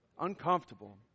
Uncomfortable